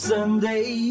Sunday